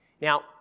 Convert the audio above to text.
Now